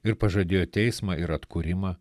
ir pažadėjo teismą ir atkūrimą